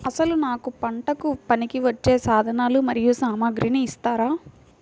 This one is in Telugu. అసలు నాకు పంటకు పనికివచ్చే సాధనాలు మరియు సామగ్రిని ఇస్తారా?